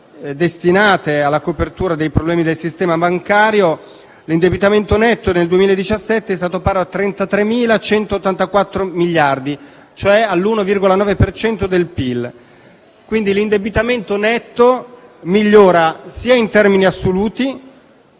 destinate alla copertura dei problemi del sistema bancario, l'indebitamento netto nel 2017 è stato pari a 33.184 miliardi, cioè all'1,9 per cento del PIL, quindi l'indebitamento netto migliora sia in termini assoluti